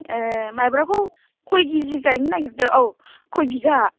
ए माइब्राखौ खइ खिजि गाइनो नागिरदों औ खइ बिघा